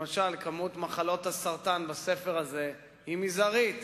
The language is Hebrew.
למשל, כמות מחלות הסרטן בספר הזה היא מזערית,